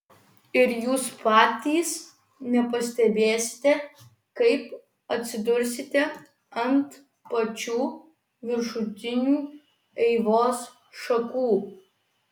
ir jūs patys nepastebėsite kaip atsidursite ant pačių viršutinių eivos šakų